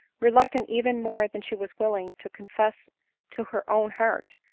reluctant, even more than she was willing to confess to her own heart,